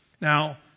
Now